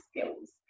skills